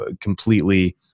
completely